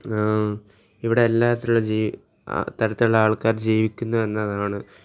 ഇവിടെ എല്ലാ തരത്തിലുള്ള തരത്തിലുള്ള ആൾക്കാർ ജീവിക്കുന്നു എന്നതാണ്